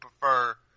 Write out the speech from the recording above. prefer